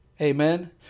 Amen